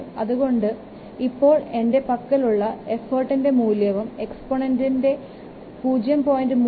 അതുകൊണ്ട് ഉണ്ട് ഇപ്പോൾ എൻറെ പക്കലുള്ള ഏഫോർട്ടിൻറെ മൂല്യവും എക്സ്പോനൻറിൻറെ 0